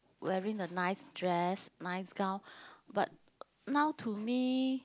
wearing a nice dress nice gown but now to me